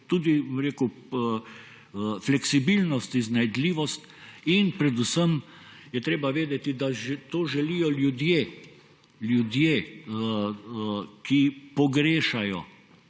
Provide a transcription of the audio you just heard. tudi fleksibilnost, iznajdljivost, in predvsem je treba vedeti, da to želijo ljudje, ljudje, ki pogrešajo,